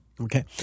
Okay